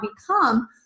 become